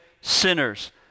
sinners